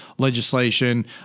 Legislation